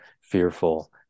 fearful